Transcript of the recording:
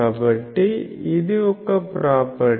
కాబట్టి ఇది ఒక ప్రాపర్టీ